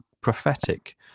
prophetic